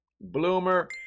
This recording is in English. Bloomer